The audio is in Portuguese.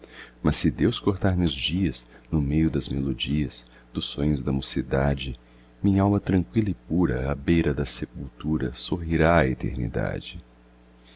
mas se deus cortar me os dias no meio das melodias dos sonhos da mocidade minhalma tranqüila e pura à beira da sepultura sorrirá à eternidade